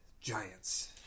giants